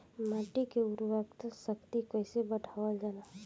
माटी के उर्वता शक्ति कइसे बढ़ावल जाला?